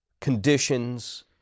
conditions